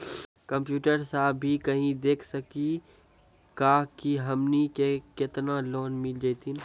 Computer सा भी कही देख सकी का की हमनी के केतना लोन मिल जैतिन?